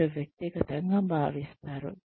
వారు వ్యక్తిగతంగా భావిస్తారు